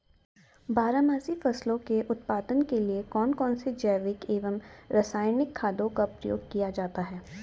बारहमासी फसलों के उत्पादन के लिए कौन कौन से जैविक एवं रासायनिक खादों का प्रयोग किया जाता है?